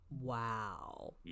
wow